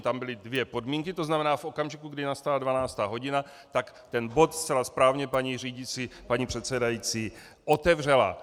Tam byly dvě podmínky, to znamená v okamžiku, kdy nastala 12. hodina, tak ten bod zcela správně paní předsedající otevřela.